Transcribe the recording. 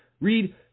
Read